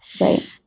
right